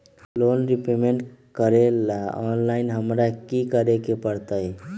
Loan repayment करेला online हमरा की करे के परतई?